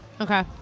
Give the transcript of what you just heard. Okay